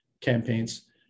campaigns